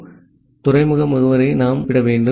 ஆகவே துறைமுக முகவரியை நாம் குறிப்பிட வேண்டும்